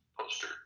poster